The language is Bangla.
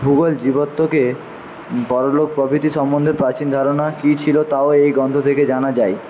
ভূগোল জীবাত্মাকে বড়ো লোক প্রভৃতি সম্বন্ধে প্রাচীন ধারণা কি ছিলো তাও এই গ্রন্থ থেকে জানা যায়